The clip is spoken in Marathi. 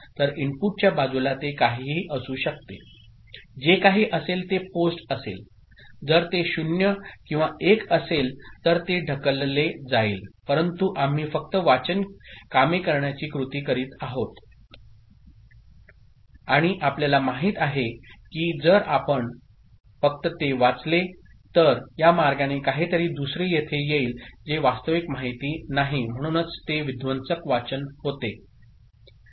तर इनपुटच्या बाजूला ते काहीही असू शकते जे काही असेल ते पोस्ट असेल जर ते 0 किंवा 1 असेल तर ते ढकलले जाईल परंतु आम्ही फक्त वाचन कामे करण्याची कृती करीत आहोत आणि आपल्याला माहित आहे की जर आपण फक्त ते वाचले तर या मार्गाने काहीतरी दुसरे येथे येईल जे वास्तविक माहिती नाही म्हणूनच ते विध्वंसक वाचन होते